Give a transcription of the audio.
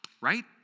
right